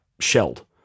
shelled